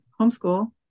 homeschool